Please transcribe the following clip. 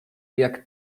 jak